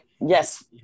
yes